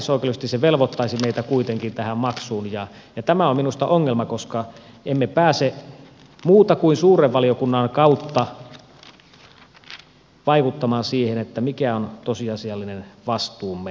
kansainvälisoikeudellisesti se velvoittaisi meitä kuitenkin tähän maksuun ja tämä on minusta ongelma koska emme pääse muuten kuin suuren valiokunnan kautta vaikuttamaan siihen mikä on tosiasiallinen vastuumme